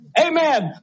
Amen